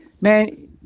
man